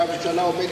והממשלה עומדת,